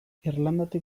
irlandatik